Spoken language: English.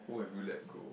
whoever will let go